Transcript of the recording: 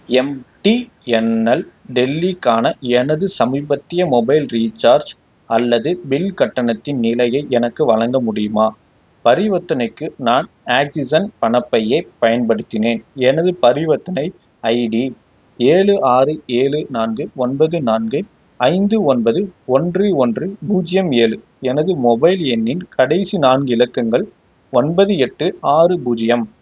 MTNL டெல்லிக்கான எனது சமீபத்திய மொபைல் ரீசார்ஜ் அல்லது பில் கட்டணத்தின் நிலையை எனக்கு வழங்க முடியுமா பரிவர்த்தனைக்கு நான் ஆக்ஸிஜன் பணப்பையைப் பயன்படுத்தினேன் எனது பரிவர்த்தனை ஐடி ஏழு ஆறு ஏழு நான்கு ஒன்பது நான்கு ஐந்து ஒன்பது ஒன்று ஒன்று பூஜ்ஜியம் ஏழு எனது மொபைல் எண்ணின் கடைசி நான்கு இலக்கங்கள் ஒன்பது எட்டு ஆறு பூஜ்ஜியம்